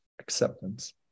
acceptance